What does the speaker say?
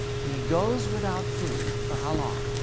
he goes without food for how long.